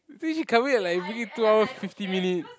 think she come in at like freaking two hour fifty minute